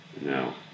No